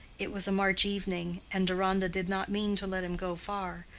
it was a march evening, and deronda did not mean to let him go far,